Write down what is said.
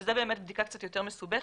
שזאת באמת בדיקה קצת יותר מסובכת,